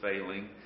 failing